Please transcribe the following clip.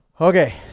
Okay